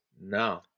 No